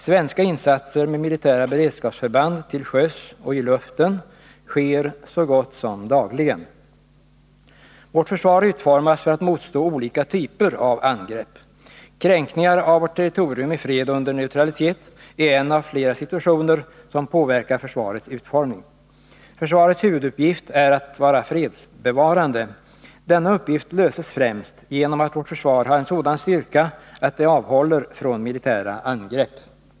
Svenska insatser med militära beredskapsförband till sjöss och i luften sker så gott som dagligen. Vårt försvar utformas för att motstå olika typer av angrepp. Kränkningar av vårt territorium i fred och under neutralitet är en av flera situationer som påverkar försvarets utformning. Försvarets huvuduppgift är att vara fredsbevarande. Denna uppgift löses främst genom att vårt försvar har en sådan styrka att det avhåller från militära angrepp.